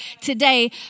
today